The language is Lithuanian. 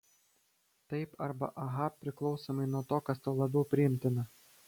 taip arba aha priklausomai nuo to kas tau labiau priimtina